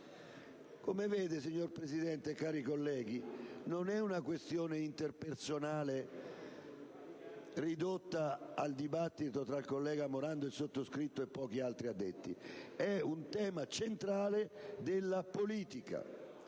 Come vede, signor Presidente, cari colleghi, non è una questione interpersonale ridotta al dibattito fra il collega Morando, il sottoscritto e pochi altri addetti: è un tema centrale della politica,